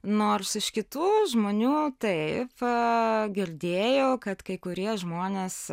nors iš kitų žmonių taip ta girdėjau kad kai kurie žmonės